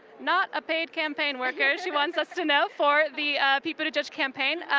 not a paid campaign worker, she wants us to know for the pete buttigieg campaign.